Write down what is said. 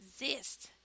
exist